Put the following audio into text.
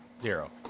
Zero